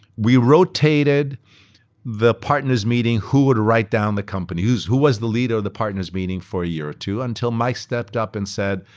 we rotated the partners meeting, who would write down the company, who who was the leader of the partners meeting for year two, until mike stepped up and said,